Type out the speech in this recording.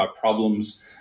problems